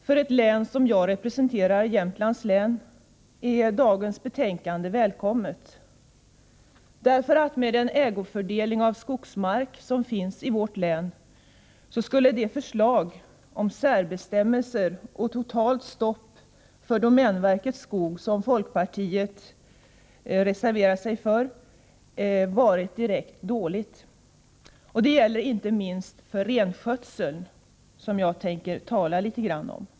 För det län som jag representerar, Jämtlands län, är dagens betänkande välkommet. Med den ägofördelning av skogsmark som finns i vårt län skulle det förslag om särbestämmelser och totalt stopp för domänverkets skog som folkpartiet reserverat sig för vara direkt dåligt. Det gäller inte minst för renskötseln, som jag tänker tala litet grand om.